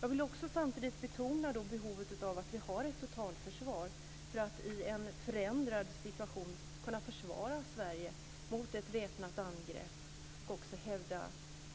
Jag vill samtidigt betona behovet av att vi har ett totalförsvar, för att vi i en förändrad situation ska kunna försvara Sverige mot ett väpnat angrepp och också hävda